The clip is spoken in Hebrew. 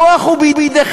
הכוח הוא בידיכם.